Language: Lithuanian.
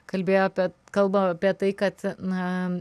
kalbėjo apie kalba apie tai kad na